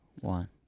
one